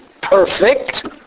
perfect